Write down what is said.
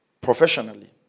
professionally